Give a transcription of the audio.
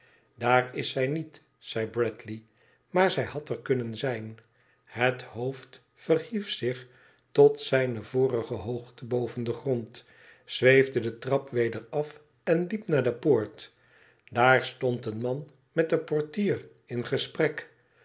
daar is zij niet zei bradley maar zij had er kunnen zijn het hoofd verhief zich tot zijne vorige hoogte boven den grond zweefde de trap weder af en liep naar de poort daar stond een man met den portier in gesprek